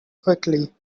quickly